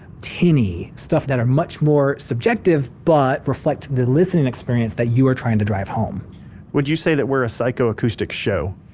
tinny, stuff that are much more subjective, but reflect the listening experience that you are trying to drive home would you say that we're a psychoacoustic show?